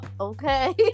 okay